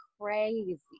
crazy